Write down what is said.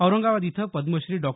औरंगाबाद इथं पद्मश्री डॉ